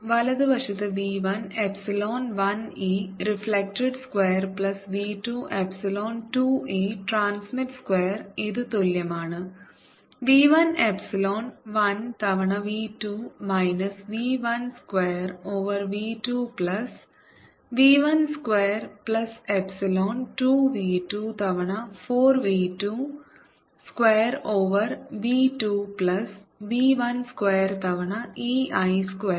വലതുവശത്ത് v 1 epsilon 1 e reflected square plus v 2 epsilon 2 e transmit square ഇത് തുല്യമാണ് v 1 epsilon 1 തവണ v 2 minus v 1 square over v 2 plus v 1 square plus epsilon 2 v 2 തവണ 4 v 2 square over v 2 plus v 1 square തവണ e i square